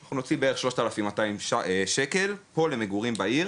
מה שיקרה בסוף זה שאנחנו נוציא בערך 3,200 ₪ פה עבור מגורים בעיר